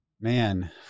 Man